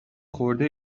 خورده